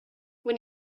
when